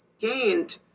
gained